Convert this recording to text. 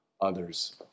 others